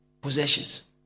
possessions